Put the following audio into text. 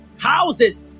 Houses